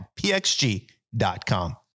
pxg.com